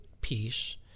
peace